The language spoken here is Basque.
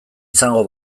izango